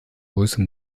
größe